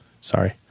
Sorry